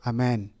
Amen